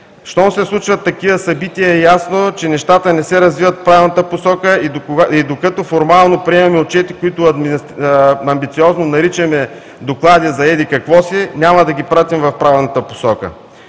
Щом се случват такива събития е ясно, че нещата не се развиват в правилната посока и докато формално приемаме отчети, които амбициозно наричаме „доклади за еди какво си“, няма да ги пратим в правилната посока.